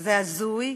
זה הזוי,